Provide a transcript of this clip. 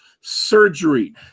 surgery